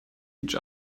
each